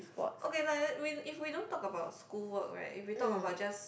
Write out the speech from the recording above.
okay like if if we don't talk about school work right if we talk about just